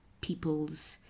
people's